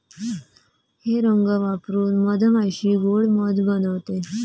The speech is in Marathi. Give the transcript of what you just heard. हे रंग वापरून मधमाशी गोड़ मध बनवते